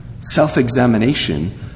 self-examination